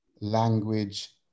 language